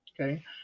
okay